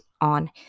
on